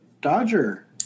Dodger